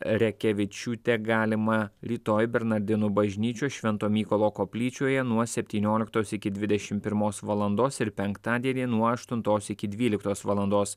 rekevičiūte galima rytoj bernardinų bažnyčios švento mykolo koplyčioje nuo septynioliktos iki dvidešim pirmos valandos ir penktadienį nuo aštuntos iki dvyliktos valandos